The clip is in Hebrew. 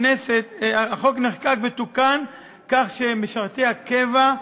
החוק נחקק ותוקן כך שמשרתי הקבע,